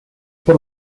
por